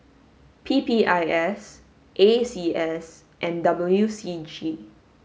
P P I S A C S and W C G